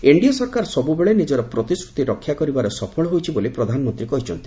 NDA ସରକାର ସବୁବେଳେ ନିଜର ପ୍ରତିଶ୍ରୁତିରକ୍ଷା କରିବାରେ ସଫଳ ହୋଇଛି ବୋଲି ପ୍ରଧାନମନ୍ତ୍ରୀ କହିଛନ୍ତି